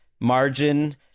margin